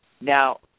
now